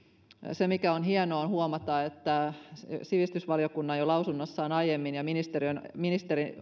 se mikä on hienoa huomata on se että sivistysvaliokunnan lausunnossaan jo aiemmin ja ministeri